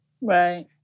Right